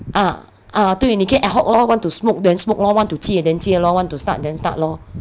uh uh 对你可以 ad hoc lor want to smoke then smoke lor want to 戒 then 戒 lor want to start then start lor